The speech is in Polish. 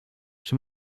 czy